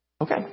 Okay